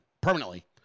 permanently